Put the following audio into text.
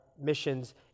missions